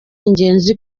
ingenzi